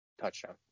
touchdown